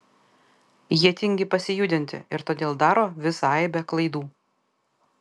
jie tingi pasijudinti ir todėl daro visą aibę klaidų